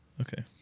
Okay